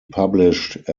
published